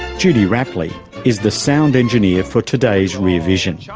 judy rapley is the sound engineer for today's rear vision.